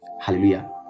Hallelujah